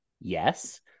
Yes